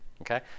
okay